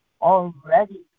already